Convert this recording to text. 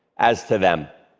as to them.